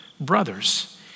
Brothers